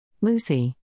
Lucy